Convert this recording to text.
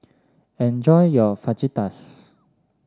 enjoy your Fajitas